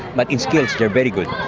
but in skills they're very good.